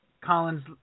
Collins